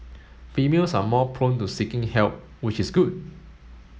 females are more prone to seeking help which is good